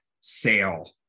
sale